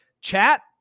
chat